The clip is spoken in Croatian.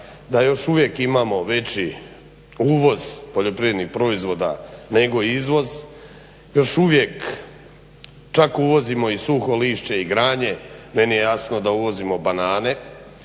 Da još uvijek imamo veći uvoz poljoprivrednih proizvoda nego izvoz, još uvijek čak uvozimo i suho lišće i granje. Meni je jasno da ulazimo banane